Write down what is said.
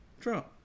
Trump